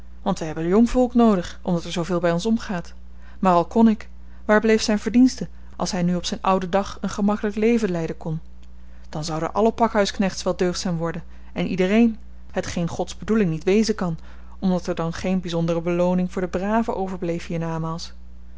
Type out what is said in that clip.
helpen want we hebben jong volk noodig omdat er zooveel by ons omgaat maar al kon ik waar bleef zyn verdienste als hy nu op zyn ouden dag een gemakkelyk leven leiden kon dan zouden alle pakhuisknechts wel deugdzaam worden en iedereen hetgeen gods bedoeling niet wezen kan omdat er dan geen byzondere belooning voor de braven overbleef hier-namaals